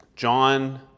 John